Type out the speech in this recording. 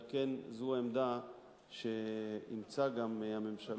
על כן זו העמדה שאימצה גם הממשלה.